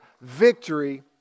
victory